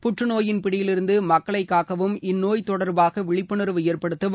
புற்றநோயின் பிடியிலிருந்து மக்களை காக்கவும் இந்நோய் தொடர்பாக விழிப்புணர்வு ஏற்படுத்தவும்